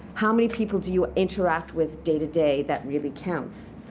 how many people do you interact with day to day that really counts.